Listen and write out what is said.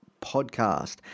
podcast